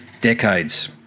decades